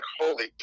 holy